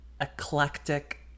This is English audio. eclectic